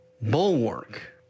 bulwark